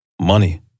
money